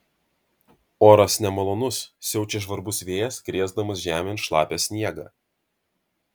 oras nemalonus siaučia žvarbus vėjas krėsdamas žemėn šlapią sniegą